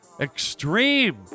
extreme